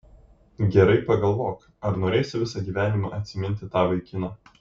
gerai pagalvok ar norėsi visą gyvenimą atsiminti tą vaikiną